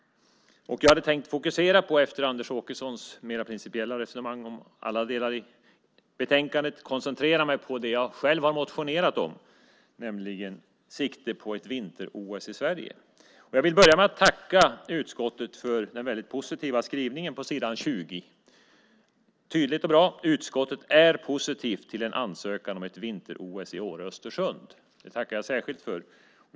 Efter Anders Åkessons mer principiella resonemang om alla delar i betänkandet hade jag tänkt koncentrera mig på det jag själv har motionerat om, nämligen sikte på ett vinter-OS i Sverige. Jag vill börja med att tacka utskottet för den positiva skrivningen på s. 20. Det är tydligt och bra. "Utskottet är positivt till en ansökan om ett vinter-OS i Åre/Östersund". Det tackar jag särskilt för.